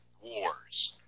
wars